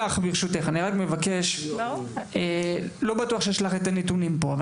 לא בטוח שיש לך את הנתונים פה,